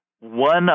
one